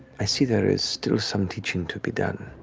i see there is still some teaching to be done.